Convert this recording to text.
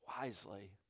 wisely